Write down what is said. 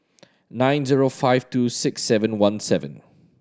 nine zero five two six seven one seven